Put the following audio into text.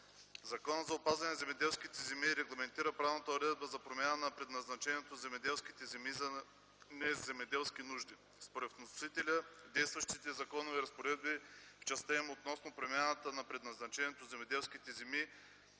Законът за опазване на земеделските земи регламентира правната уредба на промяната на предназначението на земеделските земи за неземеделски нужди. Според вносителя действащите законови разпоредби в частта им относно промяната на предназначението на земеделските земи